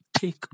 take